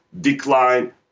decline